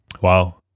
Wow